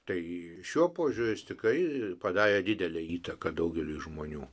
tai šiuo požiūriu jis tikrai padarė didelę įtaką daugeliui žmonių